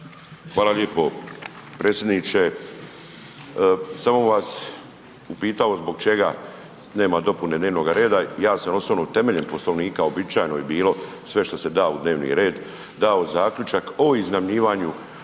Hvala lijepo predsjedniče. Samo bi vas upitao zbog čega nema dopune dnevnoga reda, ja sam osobno temeljem Poslovnika, uobičajeno je bilo, sve što se da u dnevni red, dao zaključak o iznajmljivanju